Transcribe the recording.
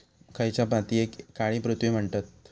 खयच्या मातीयेक काळी पृथ्वी म्हणतत?